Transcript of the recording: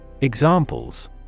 Examples